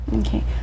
Okay